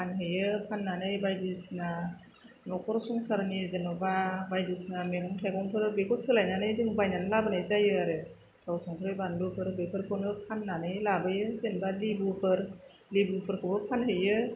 फानहैयो फाननानै बायदिसिना नखर संसारनि जेनबा बायदिसिना मैगं थाइगंफोर बेखौ सोलायनानै जों बायनानै लाबोनाय जायो आरो थाव संख्रि बानलुफोर बेफोरखौनो फाननानै लाबोयो जेनबा लिबुफोर लिबुफोरखौबो फानहैयो